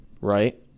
right